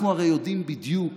אנחנו הרי יודעים בדיוק